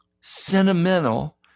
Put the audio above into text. sentimental